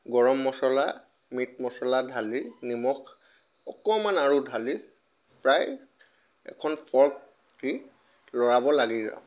গৰম মছলা মিট মছলা ঢালি নিমখ অকণমান আৰু ধালি প্ৰায় এখন ফৰ্ক দি লৰাব লাগিব